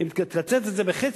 אם תקצץ את זה בחצי,